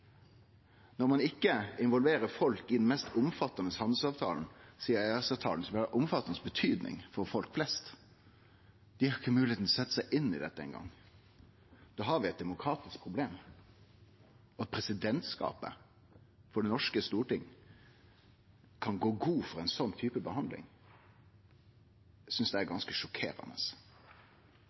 ikkje involverer folk i den mest omfattande handelsavtalen sidan EØS-avtalen, som er av omfattande betyding for folk flest, og dei ikkje eingong har moglegheita til å setje seg inn i dette, da har vi eit demokratisk problem. At presidentskapet i det norske storting kan gå god for ein sånn type behandling, synest eg er ganske sjokkerande.